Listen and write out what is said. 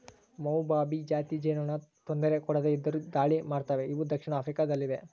ಮೌಮೌಭಿ ಜಾತಿ ಜೇನುನೊಣ ತೊಂದರೆ ಕೊಡದೆ ಇದ್ದರು ದಾಳಿ ಮಾಡ್ತವೆ ಇವು ದಕ್ಷಿಣ ಆಫ್ರಿಕಾ ದಲ್ಲಿವೆ